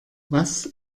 was